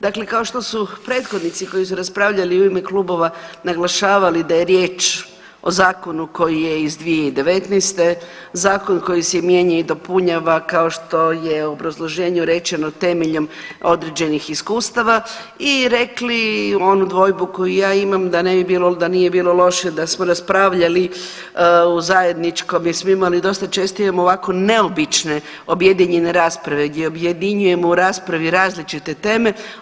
Dakle, kao što su prethodnici koji su raspravljali u ime klubova naglašavali da je riječ o zakonu koji je iz 2019., zakonu koji se mijenja i dopunjava kao što je u obrazloženju rečeno temeljem određenih iskustava i rekli onu dvojbu koju ja imam da ne bilo da nije bilo loše da smo raspravljali o zajedničkom, jer smo imali, dosta često imamo ovako neobične objedinjene rasprave, gdje objedinjujemo u raspravi različite teme.